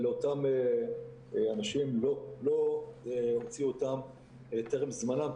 אותם אנשים לא להוציא אותם טרם זמנם,